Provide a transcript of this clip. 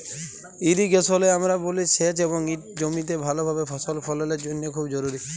ইরিগেশলে আমরা বলি সেঁচ এবং ইট জমিতে ভালভাবে ফসল ফললের জ্যনহে খুব জরুরি